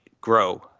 grow